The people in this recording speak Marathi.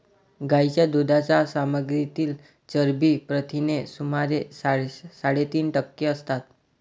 गायीच्या दुधाच्या सामग्रीतील चरबी प्रथिने सुमारे साडेतीन टक्के असतात